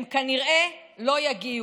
הם כנראה לא יגיעו.